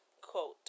quote